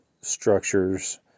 structures